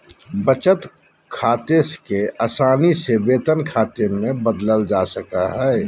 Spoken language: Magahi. बचत खाते के आसानी से वेतन खाते मे बदलल जा सको हय